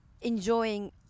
enjoying